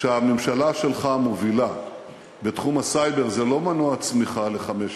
שהממשלה שלך מובילה בתחום הסייבר זה לא מנוע צמיחה לחמש שנים,